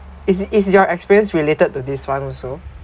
is it is your experience related to this one also